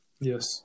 Yes